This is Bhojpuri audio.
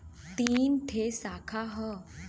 तीन ठे साखा हौ